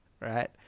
right